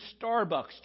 Starbucks